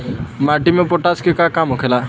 माटी में पोटाश के का काम होखेला?